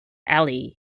ali